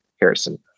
Harrison